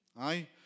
Aye